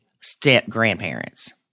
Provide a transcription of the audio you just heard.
step-grandparents